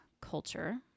culture